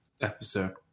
episode